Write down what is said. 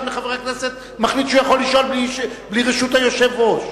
מחברי הכנסת מחליט שהוא יכול לשאול בלי רשות היושב-ראש.